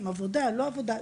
עבודה או לא עבודה,